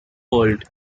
world